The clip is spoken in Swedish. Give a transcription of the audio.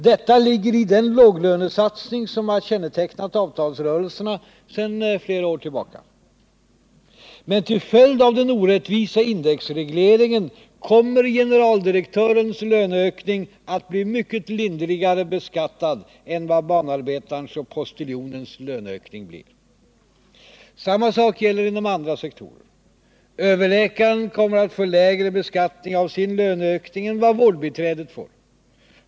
Detta ligger i den låglönesatsning som har kännetecknat avtalsrörelserna sedan flera år tillbaka. Men till följd av den orättvisa indexregleringen kommer generaldirektörens löneökning att bli mycket lindrigare beskattad än banarbetarens och postiljonens löneökning blir. Samma sak gäller inom andra sektorer. Överläkaren kommer att få lägre beskattning av sin löneökning än vad vårdbiträdet får.